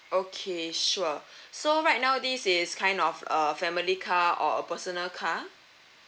okay sure so right now this is kind of a family car or a personal car